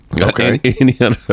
Okay